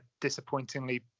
disappointingly